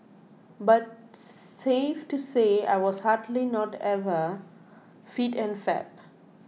but safe to say I was hardly not ever fit and fab